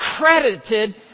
credited